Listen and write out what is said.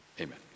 Amen